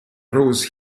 rose